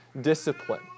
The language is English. discipline